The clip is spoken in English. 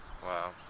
Wow